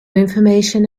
information